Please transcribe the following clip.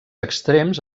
extrems